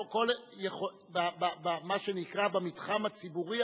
מה שנקרא במתחם הציבורי,